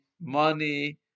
money